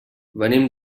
venim